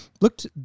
Looked